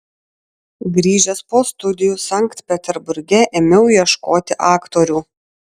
grįžęs po studijų sankt peterburge ėmiau ieškoti aktorių